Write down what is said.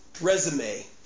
resume